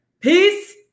peace